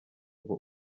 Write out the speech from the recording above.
ngo